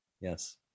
Yes